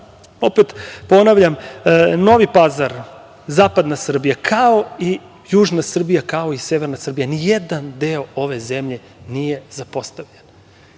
opet ponavljam, Novi Pazar, zapadna Srbija, kao i južna Srbija kao i severna Srbija, nijedan deo ove zemlje nije zapostavljen.